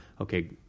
okay